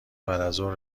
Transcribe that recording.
بعدازظهر